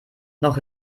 noch